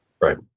right